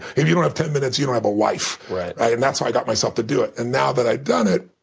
if you don't have ten minutes, you don't have a life. and that's how i got myself to do it. and now that i've done it,